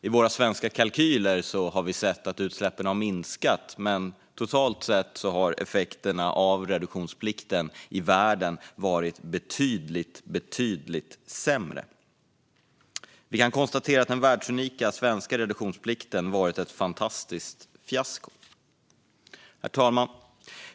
I våra svenska kalkyler har vi sett att utsläppen har minskat, men totalt sett har effekterna av reduktionsplikten i världen varit betydligt sämre. Vi kan konstatera att den världsunika svenska reduktionsplikten varit ett fantastiskt fiasko. Herr talman!